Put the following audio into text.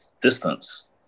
distance